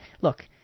Look